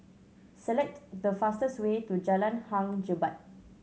select the fastest way to Jalan Hang Jebat